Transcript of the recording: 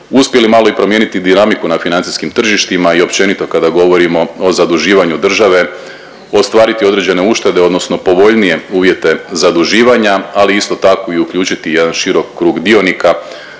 uspjeli malo i promijeniti dinamiku na financijskim tržištima i općenito kada govorimo o zaduživanju države ostvariti određene uštede odnosno povoljnije uvjete zaduživanja, ali isto tako i uključit jedan širok krug dionika